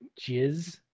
jizz